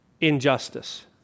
injustice